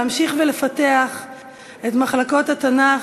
להמשיך ולפתח את מחלקות התנ"ך,